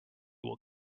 will